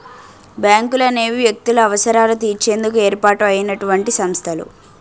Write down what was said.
బ్యాంకులనేవి వ్యక్తుల అవసరాలు తీర్చేందుకు ఏర్పాటు అయినటువంటి సంస్థలు